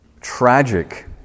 tragic